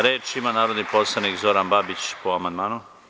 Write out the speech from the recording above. Reč ima narodni poslanik Zoran Babić, po amandmanu.